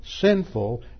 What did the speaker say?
sinful